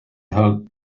held